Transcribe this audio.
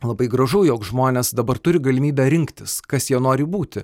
labai gražu jog žmonės dabar turi galimybę rinktis kas jie nori būti